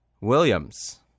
Williams